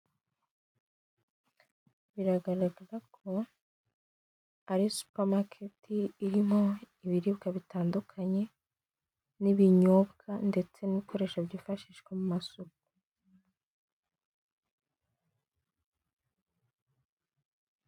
Biragaragara ko ari supamaketi irimo ibiribwa bitandukanye n'ibinyobwa, ndetse n'ibikoresho byifashishwa mu masuku.